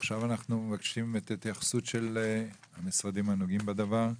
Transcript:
עכשיו אנחנו מבקשים התייחסות המשרדים הנוגעים בדבר.